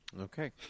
Okay